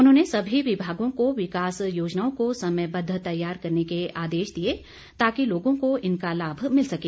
उन्होंने सभी विभागों को विकास योजनाओं को समयबद्ध तैयार करने के आदेश दिए ताकि लोगों को इनका लाभ मिल सके